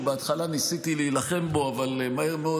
שבהתחלה ניסיתי להילחם בו אבל מהר מאוד